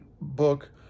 book